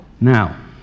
now